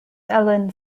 ellen